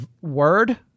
word